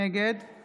נגד